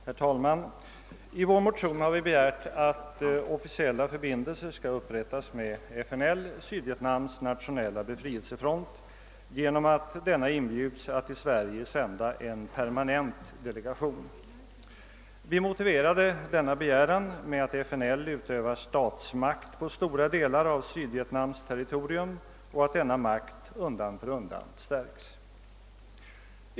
Herr talman! I det motionspar som behandlas i föreliggande utskottsutlåtande har vi begärt att officiella förbindelser skall upprättas med FNL — Sydvietnamns nationella befrielsefront — genom att denna inbjuds att till Sverige sända en permanent delegation. Vi har motiverat denna begäran med att FNL utövar statsmakt över stora delar av Sydvietnams territorium och att denna makt undan för undan stärks.